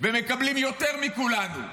והם מקבלם יותר מכולנו.